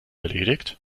erledigt